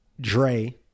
Dre